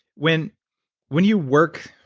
when when you work,